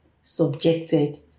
subjected